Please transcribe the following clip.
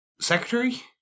secretary